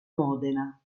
modena